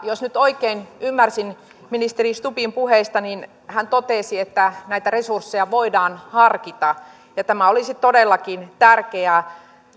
jos nyt oikein ymmärsin ministeri stubbin puheista niin hän totesi että näitä resursseja voidaan harkita ja tämä olisi todellakin tärkeää